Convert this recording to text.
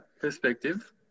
perspective